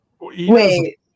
Wait